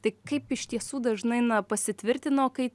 tai kaip iš tiesų dažnai na pasitvirtino kai